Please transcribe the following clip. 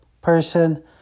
person